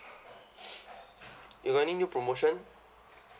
you got any new promotion